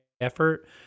effort